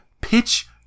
pitch